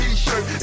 T-shirt